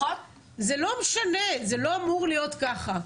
זה לא משנה, זה לא אמור להיות ככה.